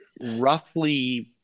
roughly